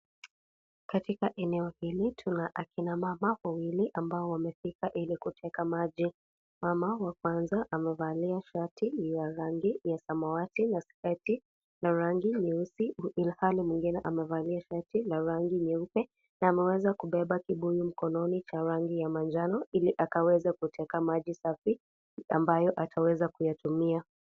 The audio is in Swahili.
Katika eneo hili tuna akina mama wawili ambao wamefika ili kuteka maji. Mama wa kwanza amevalia shati ya rangi ya samawati na sketi ya rangi nyeusi, ilhali mwingine amevali shati la rangi nyeupe na ameweza kubeba kibuyu mkononi cha rangi ya manjano, ili akaweza kuteka maji safi, ambayo ataweza kuyatumia.